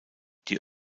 die